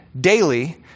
daily